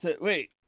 Wait